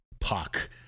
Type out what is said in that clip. puck